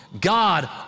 God